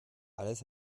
alles